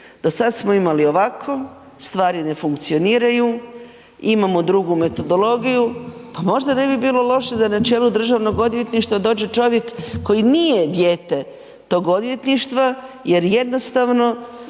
do sada smo imali ovako, stvari ne funkcioniraju imamo drugu metodologiju pa može ne bi bilo loše da na čelo Državnog odvjetništva dođe čovjek koji nije dijete tog odvjetništva jer jednostavno